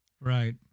Right